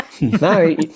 No